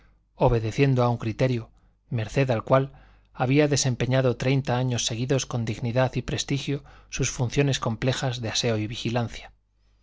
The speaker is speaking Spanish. obedeciendo a un criterio merced al cual había desempeñado treinta años seguidos con dignidad y prestigio sus funciones complejas de aseo y vigilancia